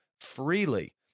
freely